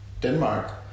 Denmark